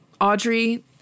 Audrey